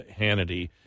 Hannity